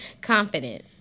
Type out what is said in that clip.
Confidence